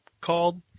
called